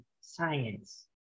science